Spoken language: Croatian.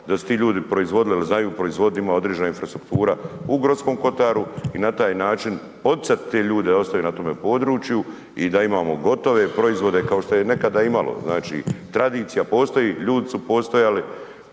da su ti ljudi proizvodili jer znaju proizvoditi ima određena infrastruktura u Gorskom kotaru i na taj način poticat te ljude da ostaju na tome području i da imamo gotove proizvode kao što je nekada imalo. Znači, tradicija postoji, ljudi su postojali,